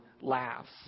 laughs